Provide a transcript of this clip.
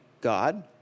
God